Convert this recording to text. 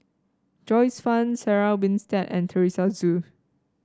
Joyce Fan Sarah Winstedt and Teresa Hsu